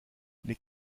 les